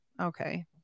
Okay